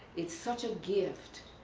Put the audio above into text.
it's such a gift.